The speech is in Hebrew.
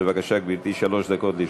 בבקשה, גברתי, שלוש דקות לרשותך.